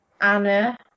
anna